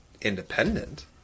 independent